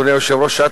אדוני היושב-ראש,